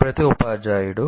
ప్రతి ఉపాధ్యాయుడు